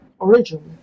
originally